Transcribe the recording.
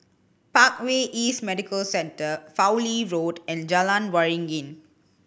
Parkway East Medical Centre Fowlie Road and Jalan Waringin